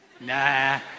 Nah